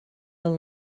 del